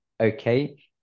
okay